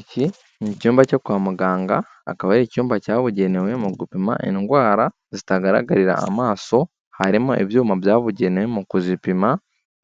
Iki ni icyumba cyo kwa muganga, akaba ari icyumba cyabugenewe mu gupima indwara zitagaragarira amaso, harimo ibyuma byabugenewe mu kuzipima,